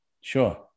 Sure